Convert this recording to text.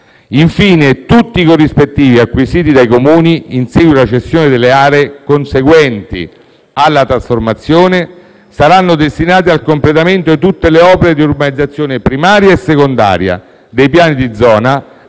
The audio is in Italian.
Infine, tutti i corrispettivi acquisiti dai Comuni in seguito alla cessione delle aree conseguenti alla trasformazione saranno destinati al completamento di tutte le opere di urbanizzazione primaria e secondaria dei piani di zona,